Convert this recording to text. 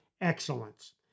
excellence